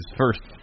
first